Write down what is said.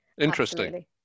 Interesting